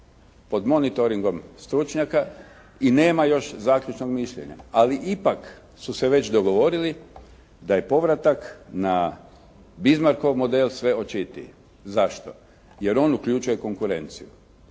pod monitoringom stručnjaka i nema još zaključnog mišljenja, ali ipak su se već dogovorili da je povratak na Bismarckov model sve očitiji. Zašto? Jer on uključuje konkurenciju.